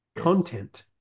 Content